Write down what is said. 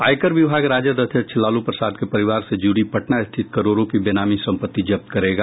आयकर विभाग राजद अध्यक्ष लालू प्रसाद के परिवार से जुड़ी पटना स्थित करोड़ों की बेनामी संपत्ति जब्त करेगा